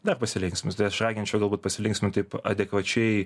dar pasilinksmins tai aš raginčiau galbūt pasilinksminti taip adekvačiai